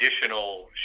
additional